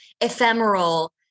ephemeral